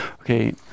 Okay